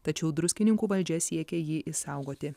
tačiau druskininkų valdžia siekia jį išsaugoti